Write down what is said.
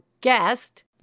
guest